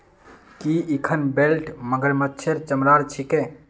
की इखन बेल्ट मगरमच्छेर चमरार छिके